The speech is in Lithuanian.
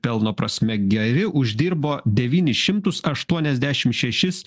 pelno prasme geri uždirbo devynis šimtus aštuoniasdešim šešis